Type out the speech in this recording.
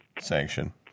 sanction